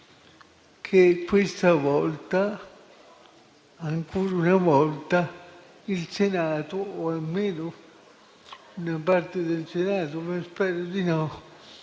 che questa volta, ancora una volta, il Senato, o almeno una parte di esso (anche se spero di no)